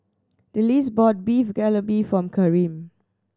Delcie bought Beef Galbi for Karim